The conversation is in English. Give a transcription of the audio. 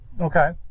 okay